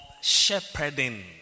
shepherding